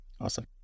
Awesome